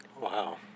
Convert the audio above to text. Wow